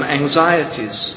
anxieties